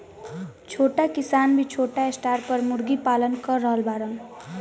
छोट किसान भी छोटा स्टार पर मुर्गी पालन कर रहल बाड़न